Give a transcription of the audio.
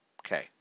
Okay